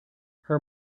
her